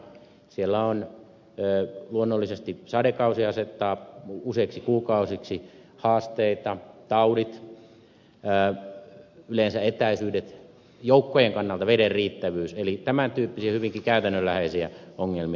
siellä luonnollisesti sadekausi asettaa useiksi kuukausiksi haasteita taudit yleensä etäisyydet joukkojen kannalta veden riittävyys eli tämän tyyppisiä hyvinkin käytännönläheisiä ongelmia